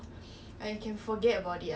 no